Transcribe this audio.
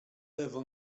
lewo